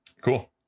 cool